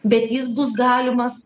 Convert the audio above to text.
bet jis bus galimas